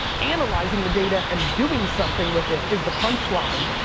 analyzing the data and doing something with it is the punchline,